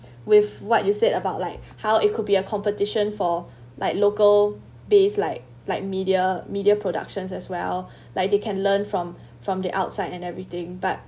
with what you said about like how it could be a competition for like local based like like media media productions as well like they can learn from from the outside and everything but